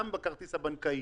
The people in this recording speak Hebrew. גם בכרטיס הבנקאי.